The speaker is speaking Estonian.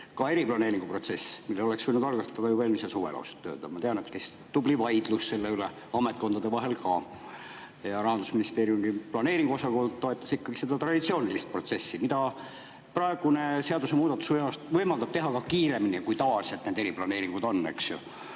ka eriplaneeringuprotsess, mille oleks ausalt öelda võinud algatada juba eelmisel suvel. Ma tean, et käis tubli vaidlus selle üle ametkondade vahel ka ja Rahandusministeeriumi planeeringuosakond toetas ikkagi seda traditsioonilist protsessi, mida praegune seadusemuudatus võimaldab teha ka kiiremini, kui tavaliselt need eriplaneeringud on, eks ju,